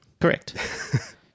Correct